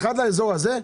אחד לאזור הזה.